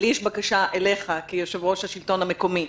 לי יש בקשה אליך כיושב-ראש השלטון המקומי.